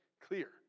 Clear